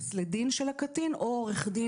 האפוטרופוס לדין של הקטין או עורך דין